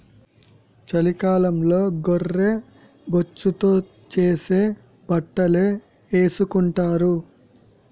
చలికాలంలో గొర్రె బొచ్చుతో చేసే బట్టలే ఏసుకొంటారు